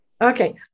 Okay